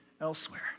Elsewhere